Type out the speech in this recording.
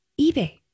eBay